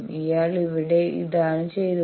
ഇയാൾ ഇവിടെ അതാണ് ചെയ്തത്